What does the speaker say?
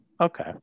okay